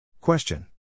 Question